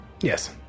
Yes